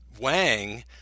wang